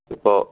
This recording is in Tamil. இப்போ